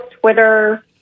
Twitter